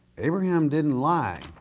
abraham didn't lie.